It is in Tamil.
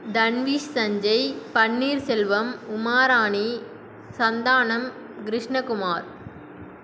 தன்விசஞ்சய் பன்னீர்செல்வம் உமாராணி சந்தானம் கிருஷ்ணகுமார்